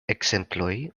ekzemploj